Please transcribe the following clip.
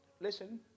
Listen